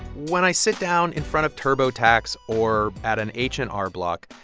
when i sit down in front of turbotax or at an h and r block,